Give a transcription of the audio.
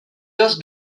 dos